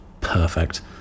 perfect